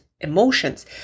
emotions